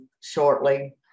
shortly